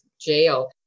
jail